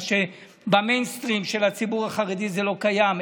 מה שבמיינסטרים של הציבור החרדי לא קיים,